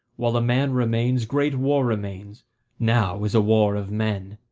while a man remains, great war remains now is a war of men.